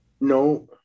no